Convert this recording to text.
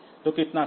तो कितना समय